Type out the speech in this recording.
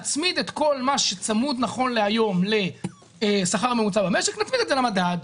נצמיד את כל מה שצמוד נכון להיום לשכר הממוצע במשק נצמיד את זה למדד.